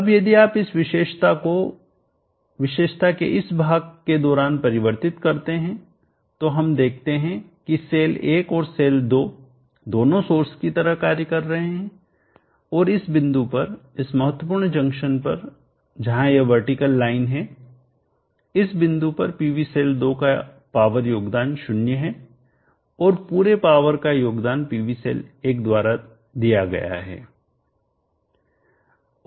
अब यदि आप इस विशेषता को विशेषता के इस भाग के दौरान परिवर्तित करते हैं तो हम देखते हैं कि सेल 1 और सेल 2 दोनों सोर्स की तरह कार्य कर रहे हैंऔर इस बिंदु पर इस महत्वपूर्ण जंक्शन पर जहाँ यह वर्टिकल लाइन है इस बिंदु पर PV सेल 2 का पावर योगदान 0 है और पूरे पावर का योगदान PV सेल 1 द्वारा दिया गया है